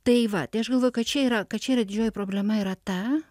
tai va tai aš galvoju kad čia yra kad čia yra didžioji problema yra ta